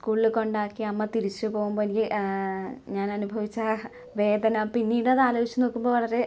സ്കൂളില് കൊണ്ടാക്കി അമ്മ തിരിച്ചു പോകുമ്പോൾ എനിക്ക് ഞാനനുഭവിച്ച ആ വേദന പിന്നീടത് ആലോചിച്ചു നോക്കുമ്പോൾ വളരെ